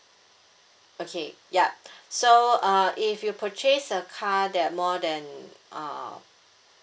okay ya so uh if you purchase a car that more than uh